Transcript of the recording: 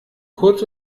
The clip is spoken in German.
kurz